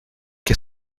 que